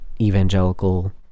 evangelical